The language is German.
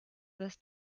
was